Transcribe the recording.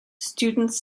students